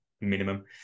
minimum